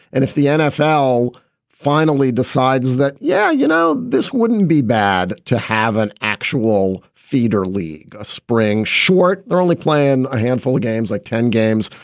and if the nfl finally decides that. yeah, you know, this wouldn't be bad to have an actual feeder league spring short. they're only playing a handful of games, like ten games.